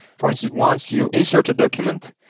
for instance, once you insert the document,